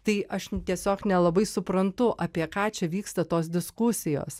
tai aš tiesiog nelabai suprantu apie ką čia vyksta tos diskusijos